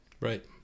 Right